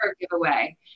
giveaway